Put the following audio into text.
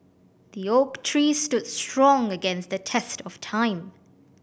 the oak tree stood strong against the test of time